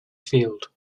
field